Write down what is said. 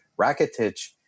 Rakitic